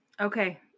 Okay